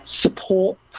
Support